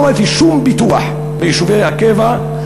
לא ראיתי שום פיתוח ביישובי הקבע,